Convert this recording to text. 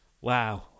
Wow